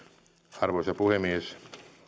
arvoisa puhemies